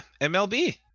mlb